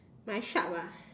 my shark ah